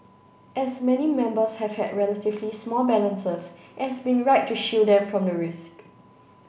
as many members have had relatively small balances it has been right to shield them from the risk